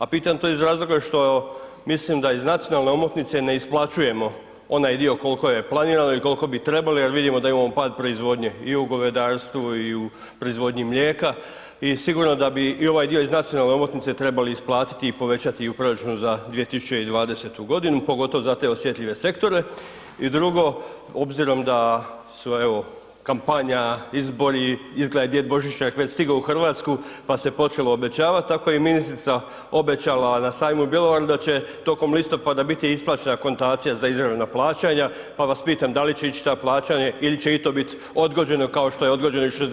A pitam to iz razloga što mislim da iz nacionalne omotnice ne isplaćujemo onaj dio kolko je planirano i kolko bi trebali jer vidimo da imamo pad proizvodnje i u govedarstvu i u proizvodnji mlijeka i sigurno da bi i ovaj dio iz nacionalne omotnice trebali isplatiti i povećati … [[Govornik se ne razumije]] za 2020.g., pogotovo za te osjetljive sektore i drugo, obzirom da su evo, kampanja, izbori, izgleda da je Djed Božićnjak već stigao u RH, pa se počelo obećavat, tako je i ministrica obećala na sajmu u Bjelovaru da će tokom listopada biti isplaćena akontacija za izvanredna plaćanja, pa vas pitam da li će ić ta plaćanje il će i to bit odgođeno kao što je odgođeno i 67 je previše?